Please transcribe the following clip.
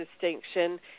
distinction